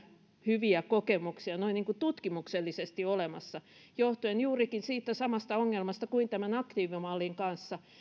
hyviä kokemuksia noin niin kuin tutkimuksellisesti olemassa johtuen juurikin siitä samasta ongelmasta kuin tämän aktiivimallin kanssa